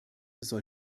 soll